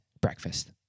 breakfast